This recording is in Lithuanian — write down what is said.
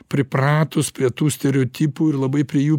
pripratus prie tų stereotipų ir labai prie jų